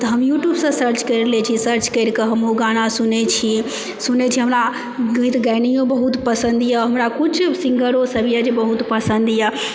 तऽ हम यूट्यूबसँ सर्च करि लए छी सर्च कए कऽ हम ओ गाना सुनि लए छी सुनए छी हमरा गीतगाइनीओ बहुत पसंद यऽहमरा किछु सिङ्गरो सब यऽ जे बहुत पसन्द यऽ